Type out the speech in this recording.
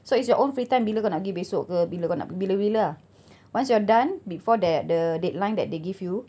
so it's your own free time bila kau nak pergi besok ke bila kau nak bila-bila once you are done before that the deadline that they give you